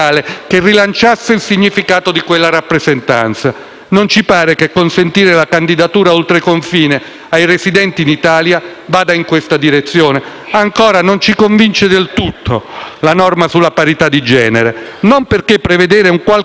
Non ci pare che consentire la candidatura oltreconfine ai residenti in Italia vada in questa direzione. Non ci convince del tutto, infine, la norma sulla parità di genere. Non perché prevedere un qualche meccanismo che bilanci una situazione di squilibrio